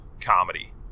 comedy